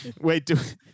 Wait